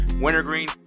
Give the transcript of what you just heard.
wintergreen